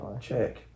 check